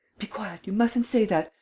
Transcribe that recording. be quiet. you mustn't say that.